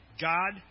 God